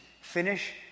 Finish